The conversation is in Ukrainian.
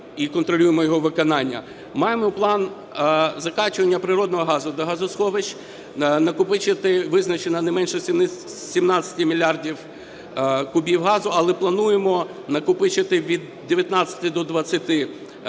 Маємо план закачування природного газу до газосховищ, накопичити визначено не менше 17 мільярдів кубів газу, але плануємо накопичити від 19 до 20.